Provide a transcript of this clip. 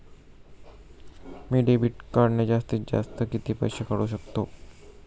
मी debit कार्डने जास्तीत जास्त किती पैसे काढू शकतो?